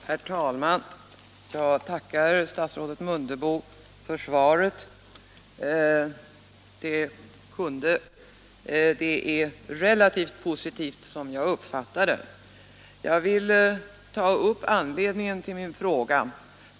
Herr talman! Jag tackar statsrådet Mundebo för svaret. Det är relativt positivt, som jag uppfattar det. Jag vill ta upp anledningen till min fråga.